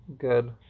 Good